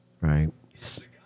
right